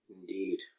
Indeed